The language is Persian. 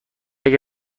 اگر